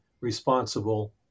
responsible